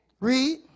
Read